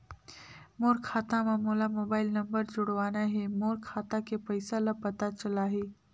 मोर खाता मां मोला मोबाइल नंबर जोड़वाना हे मोर खाता के पइसा ह पता चलाही?